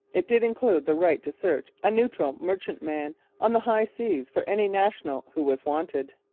it did include the right to search a neutral merchantman on the high seas for any national who was wanted.